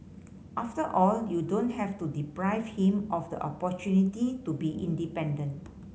after all you don't have to deprive him of the opportunity to be independent